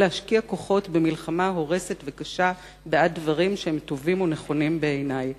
או להשקיע כוחות במלחמה הורסת וקשה בעד דברים שהם טובים ונכונים בעיני".